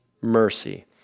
mercy